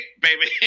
baby